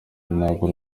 nagura